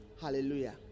Hallelujah